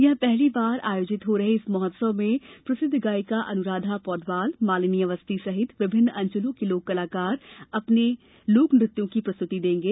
यहां पहली बार आयोजित हो रहे इस महोत्सव में सुप्रसिद्ध गायिका अनुराधा पौडवाल मालिनी अवस्थी सहित विभिन्न अंचलों के लोक कलाकार अपने लोकनृत्य की प्रस्तुति देंगे